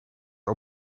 met